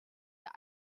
der